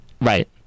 Right